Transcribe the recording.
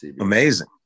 amazing